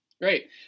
Great